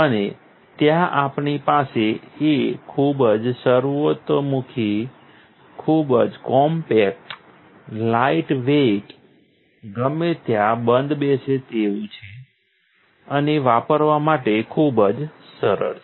અને ત્યાં આપણી પાસે તે ખૂબ જ સર્વતોમુખી ખૂબ જ કોમ્પેક્ટ લાઇટવેઇટ ગમે ત્યાં બંધબેસે તેવું છે અને વાપરવા માટે ખૂબ જ સરળ છે